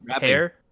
hair